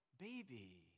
Baby